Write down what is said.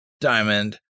diamond